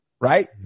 right